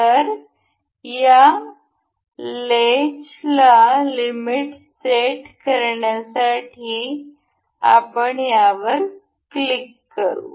तर या लेचला लिमिट सेट करण्यासाठी आपण यावर क्लिक करू